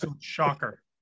shocker